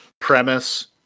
premise